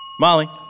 molly